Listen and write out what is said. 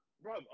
Bro